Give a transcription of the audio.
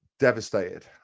Devastated